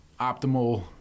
optimal